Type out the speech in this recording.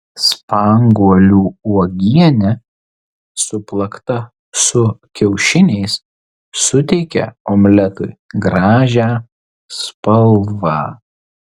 spanguolių uogienė suplakta su kiaušiniais suteikia omletui gražią spalvą